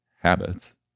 habits